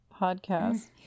podcast